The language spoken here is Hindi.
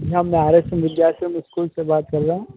मैं R S M Vidya Ashram school से बात कर रहा हूँ